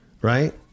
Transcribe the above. right